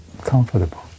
comfortable